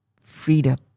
Freedom